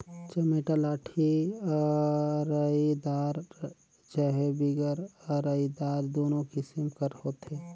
चमेटा लाठी अरईदार चहे बिगर अरईदार दुनो किसिम कर होथे